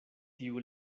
tiu